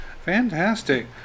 fantastic